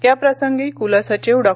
या प्रसंगी कुलसचिव डॉ